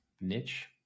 niche